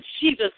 jesus